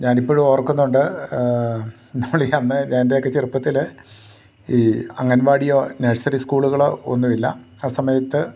ഞാനിപ്പോഴും ഓർക്കുന്നുണ്ട് നമ്മളീ അന്നേ എൻ്റെയൊക്കെ ചെറുപ്പത്തിൽ ഈ അംഗൻവാടിയോ നേഴ്സറി സ്കൂളുകളോ ഒന്നുമില്ല ആ സമയത്ത്